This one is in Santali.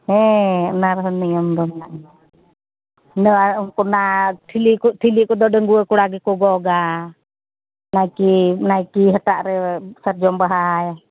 ᱦᱮᱸ ᱚᱱᱟ ᱨᱮᱦᱚᱸ ᱱᱤᱭᱚᱢ ᱫᱚ ᱢᱮᱱᱟᱜ ᱜᱮᱭᱟ ᱚᱱᱟ ᱴᱷᱤᱞᱤ ᱠᱚᱫᱚ ᱰᱟᱹᱝᱣᱟᱹ ᱠᱚᱲᱟᱜᱮᱠᱚ ᱜᱚᱜᱼᱟ ᱱᱟᱭᱠᱮ ᱱᱟᱭᱠᱮ ᱦᱟᱴᱟᱜ ᱨᱮ ᱥᱟᱨᱡᱚᱢ ᱵᱟᱦᱟ